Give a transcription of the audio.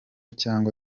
cyangwa